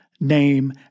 name